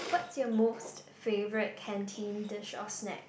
what's you most favorite canteen dish or snack